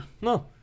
No